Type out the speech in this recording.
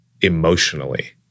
emotionally